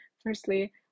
Firstly